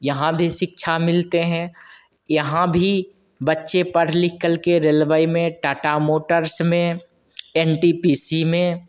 यहाँ भी शिक्षा मिलते हैं यहाँ भी बच्चे पढ़ लिख करके रेलवे में टाटा मोटर्स में एन टी पी सी में